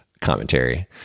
commentary